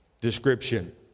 description